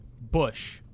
Bush